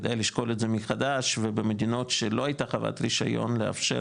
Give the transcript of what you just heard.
כדי לשקול זאת מחדש ובמדינות שלא הייתה חובת רישיון לאפשר